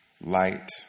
light